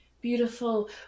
beautiful